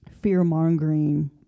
fear-mongering